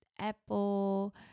Apple